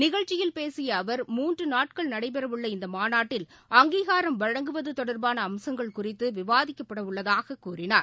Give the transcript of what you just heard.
நிகழ்ச்சியில் பேசியஅவர் மூன்றுநாட்கள் நடைபெறவுள்ள இந்தமாநாட்டில் வழங்குவதுதொடர்பானஅம்சங்கள் குறித்துவிரிவாகவிவாதிக்கப்படஉள்ளதாகக் கூறினார்